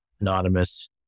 anonymous